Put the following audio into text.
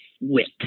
wit